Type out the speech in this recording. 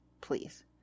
Please